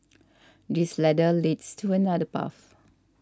this ladder leads to another path